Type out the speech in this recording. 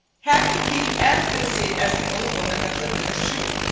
had to keep as busy as the old woman that lived in a shoe.